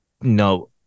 no